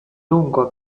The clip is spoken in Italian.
lungo